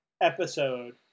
episode